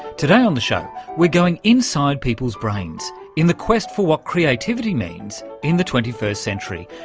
today on the show we're going inside people's brains in the quest for what creativity means in the twenty first century,